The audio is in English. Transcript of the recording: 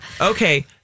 okay